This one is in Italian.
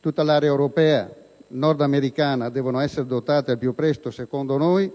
Tutta l'area europea e nordamericana devono essere dotate al più presto, secondo noi,